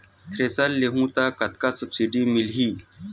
Thresher लेहूं त कतका सब्सिडी मिलही?